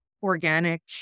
Organic